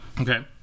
Okay